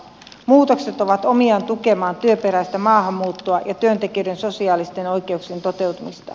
muutokset ovat omiaan tukemaan työperäistä maahanmuuttoa ja työntekijöiden sosiaalisten oikeuksien toteutumista